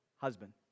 husband